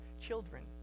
children